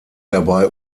dabei